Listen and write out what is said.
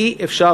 אי-אפשר,